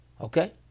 Okay